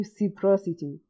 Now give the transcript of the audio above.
reciprocity